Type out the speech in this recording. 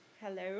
Hello